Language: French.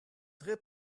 vrai